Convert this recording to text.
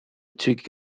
zügig